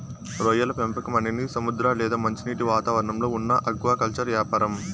రొయ్యల పెంపకం అనేది సముద్ర లేదా మంచినీటి వాతావరణంలో ఉన్న ఆక్వాకల్చర్ యాపారం